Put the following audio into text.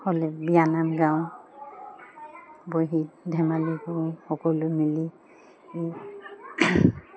হ'লে বিয়ানাম গাওঁ বহি ধেমালি কৰোঁ সকলোৱে মিলি